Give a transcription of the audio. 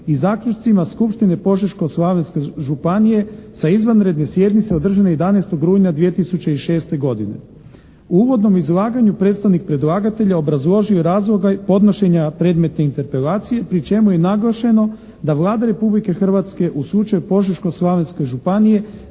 i zaključcima Skupštine Požeško-slavonske županije sa izvanredne sjednice održane 11. rujna 2006. godine. U uvodnom izlaganju predstavnik predlagatelja obrazložio je razloge podnošenja predmetne interpelacije pri čemu je naglašeno da Vlada Republike Hrvatske u slučaju Požeško-slavonske županije